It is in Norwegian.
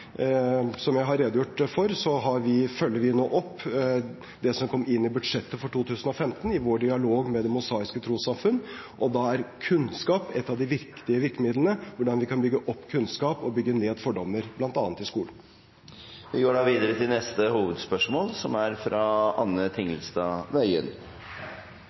Som jeg har redegjort for, følger vi nå opp det som kom inn i budsjettet for 2015, i vår dialog med Det Mosaiske Trossamfunn. Da er kunnskap et av de viktige virkemidlene – hvordan vi kan bygge opp kunnskap og bygge ned fordommer bl.a. i skolen. Vi går videre til neste hovedspørsmål.